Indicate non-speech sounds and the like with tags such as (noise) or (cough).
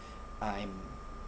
(breath) I'm